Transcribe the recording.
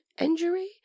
injury